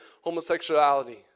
homosexuality